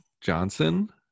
johnson